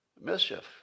mischief